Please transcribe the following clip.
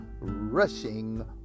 Rushing